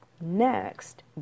Next